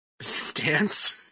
Stance